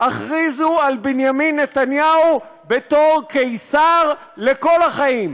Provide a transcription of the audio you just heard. הכריזו על בנימין נתניהו בתור קיסר לכל החיים,